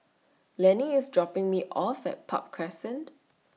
Lanie IS dropping Me off At Park Crescent